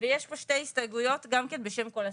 ויש פה שתי הסתייגויות בשם כל הסיעות.